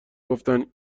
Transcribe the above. گفتند